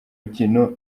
mikino